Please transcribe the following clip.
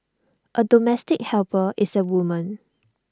A domestic helper is A woman